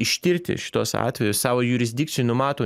ištirti šituos atvejus sau jurisdikcijoj numato